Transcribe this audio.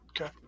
okay